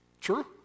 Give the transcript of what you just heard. True